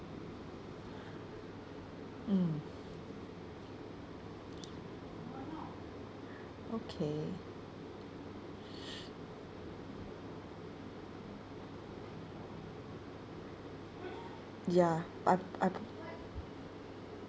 mm okay ya I I